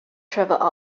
travelled